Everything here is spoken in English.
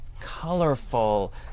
colorful